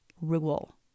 rule